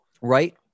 right